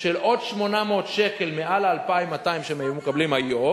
של עוד 800 שקל מעל ל-2,200 שהם היו מקבלים היום.